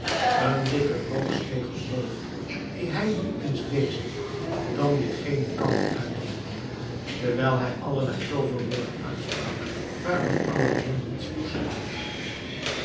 een dikke rook steeg omhoog dien hij nu eens dezen dan weer genen kant uitwendde terwijl hij allerlei tooverwoorden uitsprak waarvan aladdin niets verstond